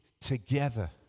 together